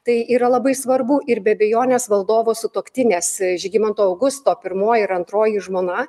tai yra labai svarbu ir be abejonės valdovo sutuoktinės žygimanto augusto pirmoji ir antroji žmona